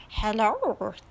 Hello